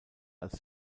als